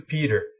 Peter